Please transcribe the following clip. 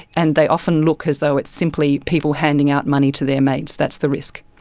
and they often look as though it's simply people handing out money to their mates. that's the risk.